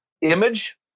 image